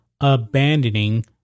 abandoning